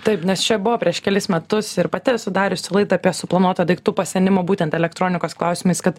taip nes čia buvo prieš kelis metus ir pati esu dariusi laidą apie suplanuotą daiktų pasenimą būtent elektronikos klausimais kad